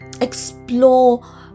explore